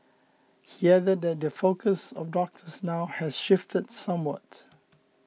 he added that the focus of doctors now has shifted somewhat